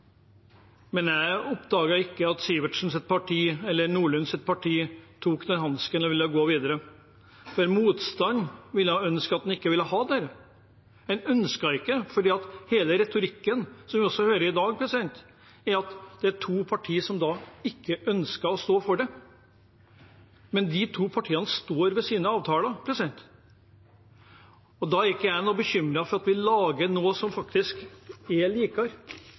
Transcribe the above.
men jeg oppdaget ikke at Sivertsens parti eller Nordlunds parti tok den hansken og ville gå videre. Motstanderne ville ikke ha dette, en ønsket det ikke. Hele retorikken – som vi også hører i dag – handler om at det er to partier som ikke ønsker å stå for dette. Men de to partiene står ved siden av avtalen, og da er jeg ikke noe bekymret for at vi lager noe som faktisk er